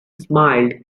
smiled